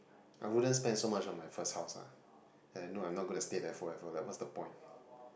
I wouldn't spend so much of my first house ah and I know I'm not gonna stay therefore what's the point